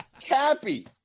Cappy